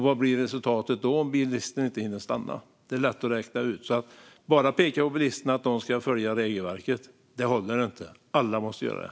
Vad blir resultatet då om bilisten inte hinner stanna? Det är lätt att räkna ut. Att bara peka på att bilisterna ska följa regelverket håller inte. Alla måste göra det.